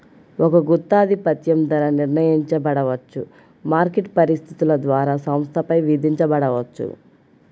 ఒక గుత్తాధిపత్యం ధర నిర్ణయించబడవచ్చు, మార్కెట్ పరిస్థితుల ద్వారా సంస్థపై విధించబడవచ్చు